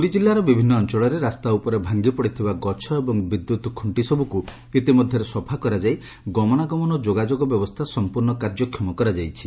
ପୁରୀ ଜିଲ୍ଲାର ବିଭିନ୍ନ ଅଅଳରେ ରାସ୍ତାଉପରେ ଭାଙ୍ଗିପଡ଼ିଥିବା ଗଛ ଏବଂ ବିଦ୍ୟୁତ୍ ଖୁଣ୍ଣି ସବୁକୁ ଇତିମଧ୍ୟରେ ସଫା କରାଯାଇ ଗମନାଗମନ ଓ ଯୋଗାଯୋଗ ବ୍ୟବସ୍କା ସଂପ୍ରର୍ଣ୍ଣ କାର୍ଯ୍ୟକ୍ଷମ କରାଯାଇଛି